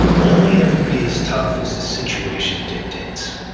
only ever be as tough as the situation dictates.